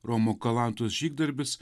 romo kalantos žygdarbis